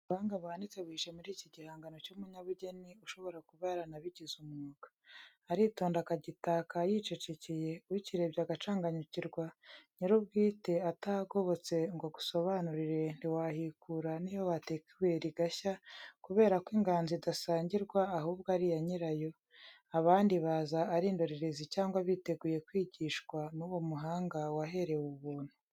Ubuhanga buhanitse buhishe muri iki gihangano cy'umunyabugeni, ushobora kuba yaranabigize umwuga. Aritonda akagitaka yicecekeye, ukirebye agacanganyikirwa, nyir'ubwite atahagobotse ngo agusobanurire, ntiwahikura n'iyo wateka ibuye rigashya, kubera ko inganzo idasangirwa ahubwo ari iya nyirayo, abandi baza ari indorerezi cyangwa biteguye kwigishwa n'uwo muhanga waherewe ubuntu.